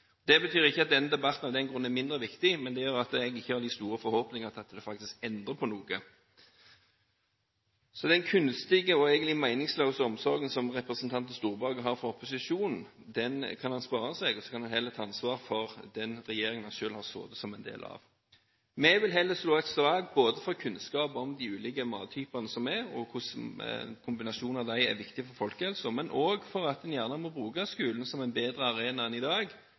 Det betyr ikke at denne debatten av den grunn er mindre viktig, men det gjør at jeg ikke har de store forhåpningene til at det faktisk endrer på noe. Den kunstige og egentlig meningsløse omsorgen representanten Storberget har for opposisjonen, kan han spare seg: Han kan heller ta ansvar for den regjeringen han selv har sittet som en del av. Vi vil heller slå et slag for kunnskap om de ulike mattypene som er, hvordan kombinasjonen av disse er viktig for folkehelsen, og for at en gjerne må bruke skolen som en bedre arena enn i dag